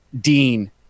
Dean